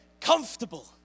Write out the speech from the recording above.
comfortable